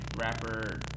rapper